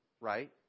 right